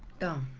don't